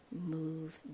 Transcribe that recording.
move